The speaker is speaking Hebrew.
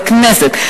לכנסת.